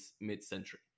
Mid-Century